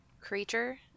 creature